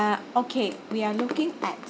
okay we are looking at